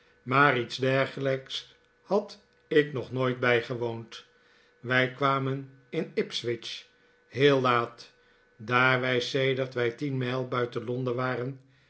maar iets dergelijks had ik nog nooit bijgewoond wij kwamen in ipswich heel laat daar wij sedert wij tien mijl buiten londen waren